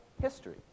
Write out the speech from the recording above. history